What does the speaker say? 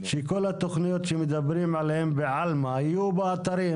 שכל התכניות שדיברו עליהן בעלמא יהיו באתרים